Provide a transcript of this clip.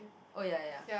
oh ya ya ya